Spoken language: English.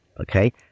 Okay